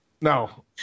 no